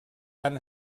han